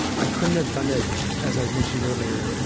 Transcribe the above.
i couldn't have done it, as i'd mentioned earlier,